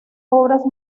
obras